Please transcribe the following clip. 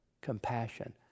compassion